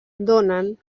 donen